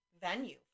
venue